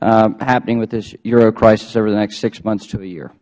e happening with this euro crisis over the next six months to a year